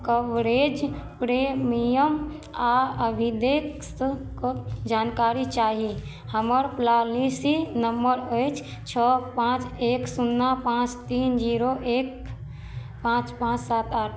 coverage premium आओर अभिलेख के जानकारी चाही हमर पॉलिसी नम्बर अछि छओ पाँच एक शुन्ना पाँच तीन जीरो एक पाँच पाँच सात आठ